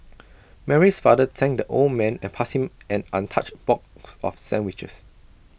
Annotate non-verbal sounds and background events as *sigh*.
*noise* Mary's father thanked the old man and passed him an untouched box of sandwiches